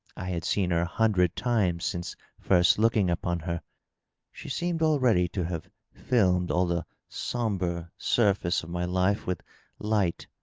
i had seen her a hundred times since first looking upon her she seemed already to have filmed all the sombre surface of my life with light,